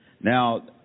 Now